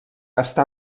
està